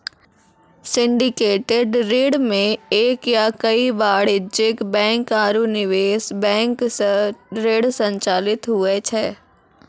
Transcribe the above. syndicated ऋण मे एक या कई वाणिज्यिक बैंक आरू निवेश बैंक सं ऋण संचालित हुवै छै